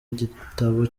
gitabo